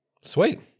Sweet